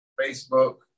Facebook